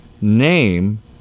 name